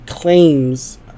claims